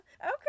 Okay